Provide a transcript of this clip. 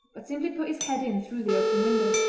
but simply put his head in through the open window.